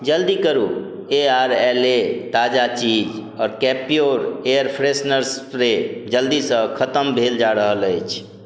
जल्दी करू ए आर ए लए ताजा चीज आओर कैप्योर एयर फ्रेशनर स्प्रे जल्दीसँ खतम भेल जा रहल अछि